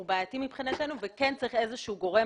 הוא בעייתי מבחינתנו וכן צריך איזשהו גורם